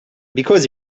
because